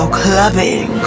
clubbing